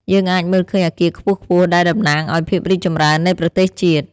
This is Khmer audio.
យើងអាចមើលឃើញអគារខ្ពស់ៗដែលតំណាងឱ្យភាពរីកចម្រើននៃប្រទេសជាតិ។